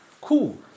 Cool